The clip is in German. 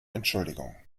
entschuldigung